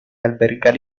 albergar